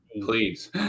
Please